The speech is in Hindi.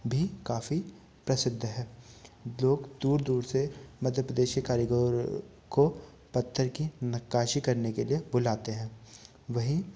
भी काफ़ी प्रसिद्ध है लोग दूर दूर से मध्य प्रदेश के कारीगरों को पत्थर की नक्काशी करने के लिए बुलाते हैं वहीं